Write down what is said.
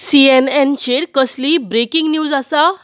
C N N चेर कसलीय breaking news आसा